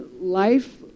life